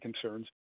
concerns